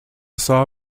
saw